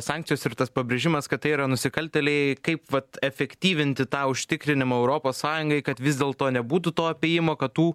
sankcijos ir tas pabrėžimas kad tai yra nusikaltėliai kaip vat efektyvinti tą užtikrinimu europos sąjungai kad vis dėlto nebūtų to apėjimo kad tų